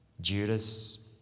Judas